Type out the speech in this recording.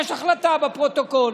יש החלטה בפרוטוקול.